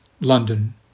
london